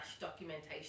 documentation